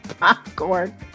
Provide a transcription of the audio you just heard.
popcorn